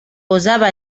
posava